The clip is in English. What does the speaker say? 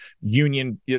union